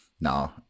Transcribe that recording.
no